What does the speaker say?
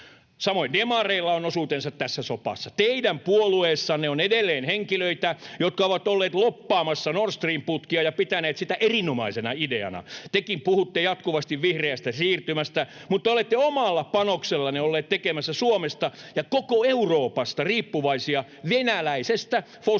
Samoin demareilla on osuutensa tässä sopassa. Teidän puolueessanne on edelleen henkilöitä, jotka ovat olleet lobbaamassa Nord Stream ‑putkia ja pitäneet sitä erinomaisena ideana. Tekin puhutte jatkuvasti vihreästä siirtymästä, mutta olette omalla panoksellanne olleet tekemässä Suomesta ja koko Euroopasta riippuvaisia venäläisestä fossiilienergiasta.